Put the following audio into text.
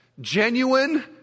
genuine